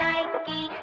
Nike